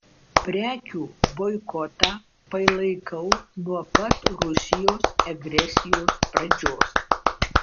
prekių boikotą palaikau nuo pat rusijos agresijos pradžios